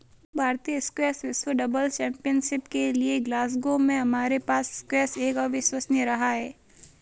भारतीय स्क्वैश विश्व doubles championship के लिएग्लासगो में हमारे पास स्क्वैश एक अविश्वसनीय रहा है